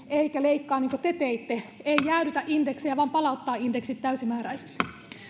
eikä leikkaa niin kuin te teitte ei jäädytä indeksejä vaan palauttaa indeksit täysimääräisesti